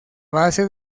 base